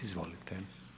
Izvolite.